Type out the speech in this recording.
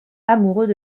amoureux